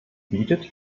bietet